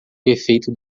efeito